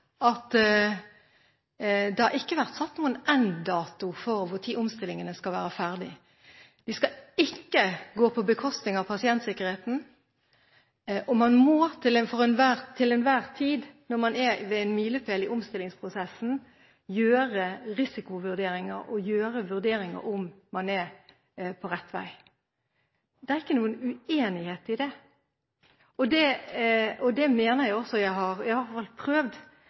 sagt, at det ikke har vært satt noen sluttdato for når omstillingene skal være ferdig. Dette skal ikke gå på bekostning av pasientsikkerheten, og man må til enhver tid, når man er ved en milepæl i omstillingsprosessen, gjøre risikovurderinger og vurderinger av om man er på rett vei. Det er ingen uenighet i det. Jeg mener at jeg har prøvd